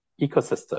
ecosystem